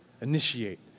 initiate